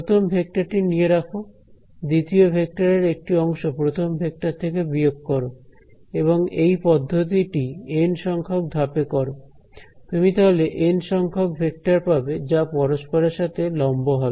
প্রথম ভেক্টরটি নিয়ে রাখ দ্বিতীয় ভেক্টরের একটি অংশ প্রথম ভেক্টর থেকে বিয়োগ করো এবং এই পদ্ধতিটি এন সংখ্যক ধাপে কর তুমি তাহলে এন সংখ্যক ভেক্টর পাবে যা পরস্পরের সাথে লম্ব হবে